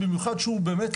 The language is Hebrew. במיוחד שהוא באמת,